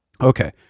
Okay